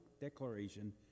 declaration